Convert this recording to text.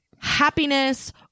happiness